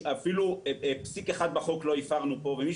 אפילו פסיק אחד בחוק לא הפרנו פה ומי